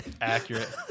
Accurate